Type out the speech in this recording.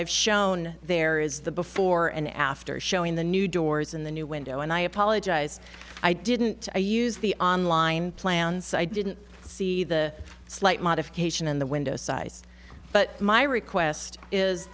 i've shown there is the before and after showing the new doors in the new window and i apologize i didn't use the online plan so i didn't see the slight modification in the window size but my request is